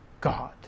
God